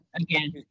Again